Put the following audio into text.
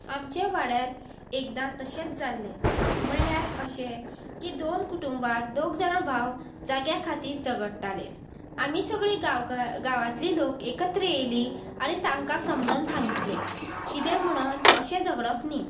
आमचे वाड्यार एकदां तशेंच जाल्लें म्हणल्यार अशें की दोन कुटुंबात दोग जाणां भाव जाग्या खातीर झगडटाले आमी सगळीं गांव गांवांतली लोक एकत्र येयली आनी तांकां समजोन सांगतले कितें म्हणोन अशें झगडप न्ही